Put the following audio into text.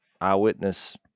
eyewitness